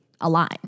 align